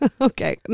Okay